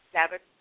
Seven